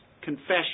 confession